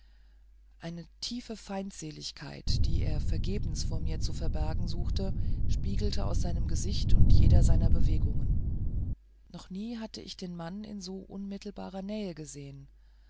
eine tiefe feindseligkeit die er vergebens vor mir verbergen wollte spiegelte aus seinem gesicht und jeder seiner bewegungen noch nie hatte ich den mann in so unmittelbarer nähe gesehen